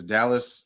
Dallas